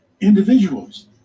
individuals